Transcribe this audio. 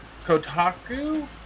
Kotaku